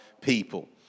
people